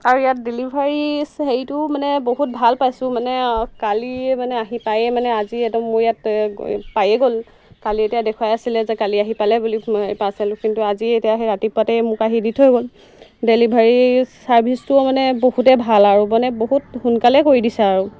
আৰু ইয়াত ডেলিভাৰী হেৰিটো মানে বহুত ভাল পাইছোঁ মানে কালিয়ে মানে আহি পায়েই মানে আজি একদম মোৰ ইয়াত পায়েই গ'ল কালি এতিয়া দেখুৱাই আছিলে যে কালি আহি পালে বুলি পাৰ্চেলটো কিন্তু আজি এতিয়া সেই ৰাতিপুৱাতে মোক আহি দি থৈ গ'ল ডেলিভাৰী চাৰ্ভিচটো মানে বহুতে ভাল আৰু মানে বহুত সোনকালে কৰি দিছে আৰু